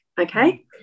okay